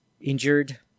injured